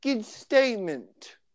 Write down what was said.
statement